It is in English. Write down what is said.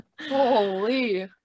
Holy